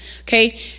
okay